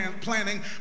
planning